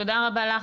תודה רבה לך,